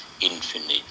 infinite